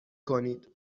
کنید